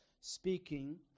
speaking